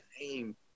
name